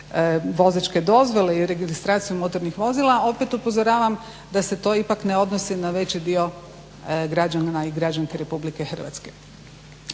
vozačke dozvole i registraciju motornih vozila. Opet upozoravam da se to ipak ne odnosi na veći dio građana i građanki Republike Hrvatske,